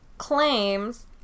Claims